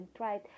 right